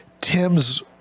Tim's